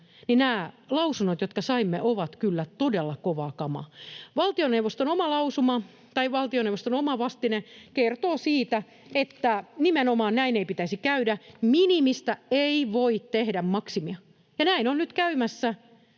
nämä lausunnot, jotka saimme, ovat kyllä todella kovaa kamaa. Valtioneuvoston oma vastine kertoo siitä, että nimenomaan näin ei pitäisi käydä — minimistä ei voi tehdä maksimia — ja näin on nyt käymässä